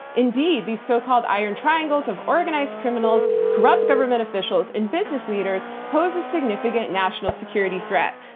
indeed, these so-called iron triangles of organized criminals, corrupt government officials, and business leaders, pose a significant national security threat.